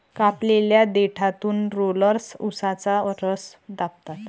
कापलेल्या देठातून रोलर्स उसाचा रस दाबतात